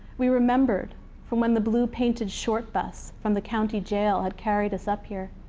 we remembered from when the blue painted short bus from the county jail had carried us up here.